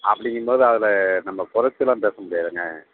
அப்படிங்கும்போது அதில் நம்ம குறச்சுலாம் பேச முடியாதுங்க